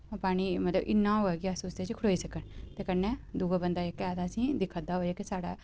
पानी मतलब इन्ना होऐ कि अस उसदे च खड़ोई सकचै ते कन्नै दूआ बंदा जेह्का ऐ असे ईं दिक्खै दा होऐ जेह्का साढ़ा